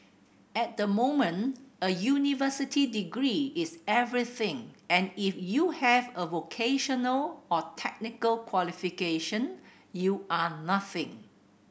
at the moment a university degree is everything and if you have a vocational or technical qualification you are nothing